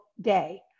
day